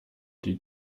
die